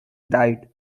died